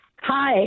Hi